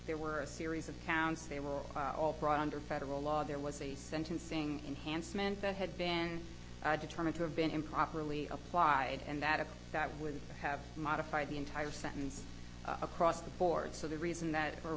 there were a series of counts they were all brought under federal law there was a sentencing enhancement that had been determined to have been improperly applied and that that would have modified the entire sentence across the board so the reason that or